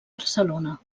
barcelona